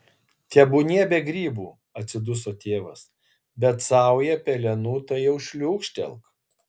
tebūnie be grybų atsiduso tėvas bet saują pelenų tai jau šliūkštelk